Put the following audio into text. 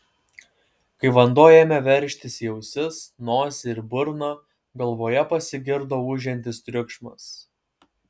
kai vanduo ėmė veržtis į ausis nosį ir burną galvoje pasigirdo ūžiantis triukšmas